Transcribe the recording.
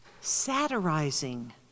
satirizing